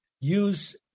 use